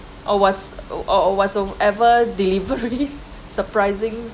or was uh or whatsoever deliveries surprising